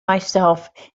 myself